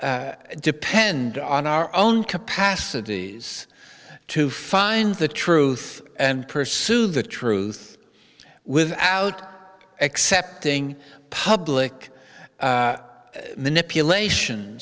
depend on our own capacities to find the truth and pursue the truth without accepting public manipulation